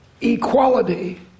equality